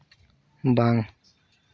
ᱵᱟᱝ